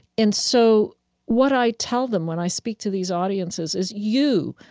and so what i tell them when i speak to these audiences is you,